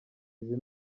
izi